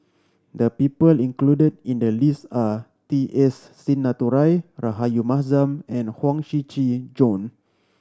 the people included in the list are T S Sinnathuray Rahayu Mahzam and Huang Shiqi Joan